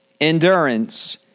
endurance